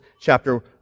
chapter